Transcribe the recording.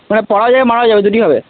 মানে পড়াও যাবে মারাও যাবে দুটোই হবে